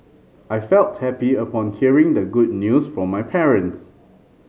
I felt happy upon hearing the good news from my parents